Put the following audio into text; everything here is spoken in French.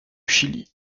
chili